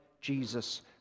Jesus